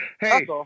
Hey